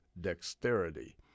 Dexterity